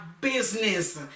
business